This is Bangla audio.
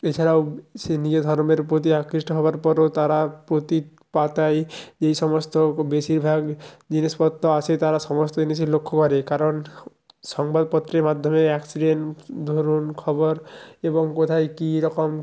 এছাড়াও সে নিজ ধর্মের প্রতি আকৃষ্ট হওয়ার পরেও তারা প্রতি পাতাই যেই সমস্ত বেশিরভাগ জিনিসপত্র আসে তারা সমস্ত জিনিসই লক্ষ্য করে কারণ সংবাদপত্রের মাধ্যমে অ্যাক্সিডেন্ট ধরুন খবর এবং কোথায় কী রকম